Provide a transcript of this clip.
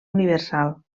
universal